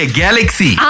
galaxy